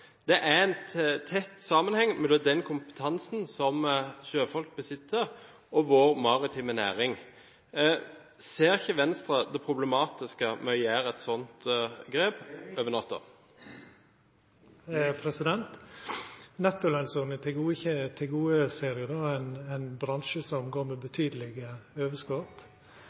kr. Det er en tett sammenheng mellom den kompetansen som sjøfolk besitter, og vår maritime næring. Ser ikke Venstre det problematiske i å ta et sånt grep over natta? Nettolønsordninga tilgodeser ein bransje som går med